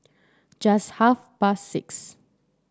just half past six